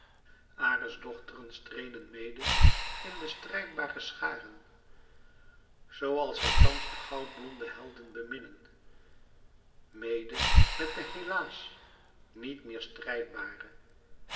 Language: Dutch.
ares dochteren streden mede in de strijdbare scharen zoo als zij thans de goudblonde helden beminnen mede met de helaas niet meer strijdbare